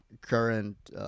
Current